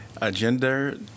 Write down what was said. agenda